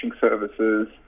services